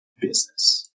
business